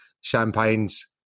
champagnes